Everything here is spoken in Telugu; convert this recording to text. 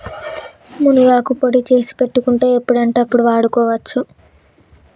మునగాకు పొడి చేసి పెట్టుకుంటే ఎప్పుడంటే అప్పడు వాడుకోవచ్చు